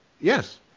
yes